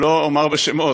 לא אומר שמות,